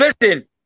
listen